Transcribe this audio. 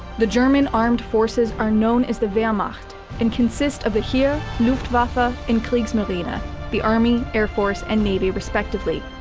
the german armed forces are known as the wehrmacht and consist of the heer, luftwaffe, ah and kriegsmarine, ah the army, air force, and navy respectively.